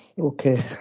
okay